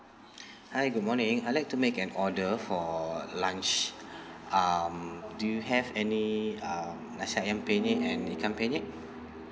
hi good morning I'd like to make an order for lunch um do you have any um nasi ayam penyet and ikan penyet